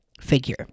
figure